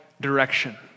direction